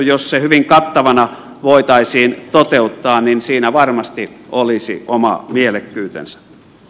jos se hyvin kattavana voitaisiin toteuttaa niin siinä varmasti olisi oma mielekkyytensä